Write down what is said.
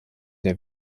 der